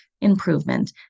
improvement